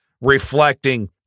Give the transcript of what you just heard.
reflecting